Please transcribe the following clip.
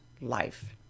life